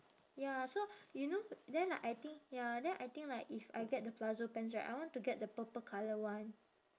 ya so you know then I think ya then I think like if I get the palazzo pants right I want to get the purple colour one